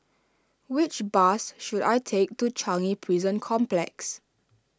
which bus should I take to Changi Prison Complex